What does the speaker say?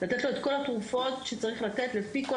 לתת לו את כל התרופות שצריך לתת לפי כל